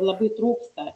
labai trūksta